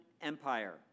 Empire